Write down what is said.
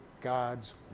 God's